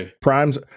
primes